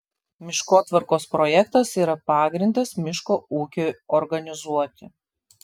miškotvarkos projektas yra pagrindas miško ūkiui organizuoti